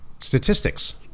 statistics